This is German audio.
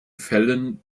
fällen